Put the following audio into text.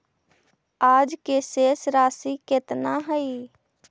आज के शेष राशि केतना हई?